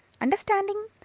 Understanding